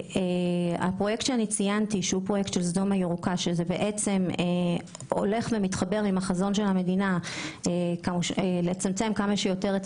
פרויקט "סדום הירוקה" שמתחבר עם החזון של המדינה לצמצם כמה שיותר את